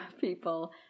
people